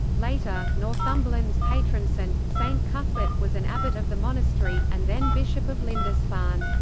later, northumberland's patron saint, saint cuthbert, was an abbot of the monastery, and then bishop of lindisfarne.